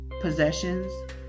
possessions